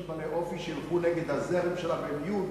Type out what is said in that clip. בעלי אופי שילכו נגד הזרם של העממיות,